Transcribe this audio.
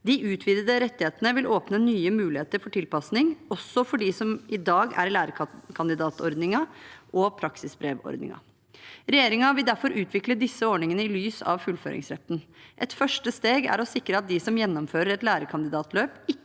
De utvidede rettighetene vil åpne nye muligheter for tilpasning, også for dem som i dag er i lærekandidatordningen og praksisbrevordningen. Regjeringen vil derfor utvikle disse ordningene i lys av fullføringsretten. Et første steg er å sikre at de som gjennomfører et lærekandidatløp,